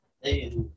hey